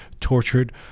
tortured